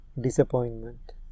Disappointment